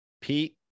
Pete